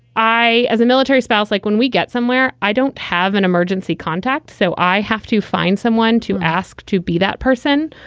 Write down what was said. i as a military spouse, like when we get somewhere, i dont have an emergency contact, so i have to find someone to ask to be that person.